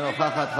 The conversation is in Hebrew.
אינה נוכחת.